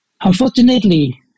Unfortunately